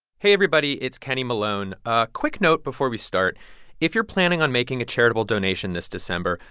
hey, everybody. it's kenny malone. a quick note before we start if you're planning on making a charitable donation this december,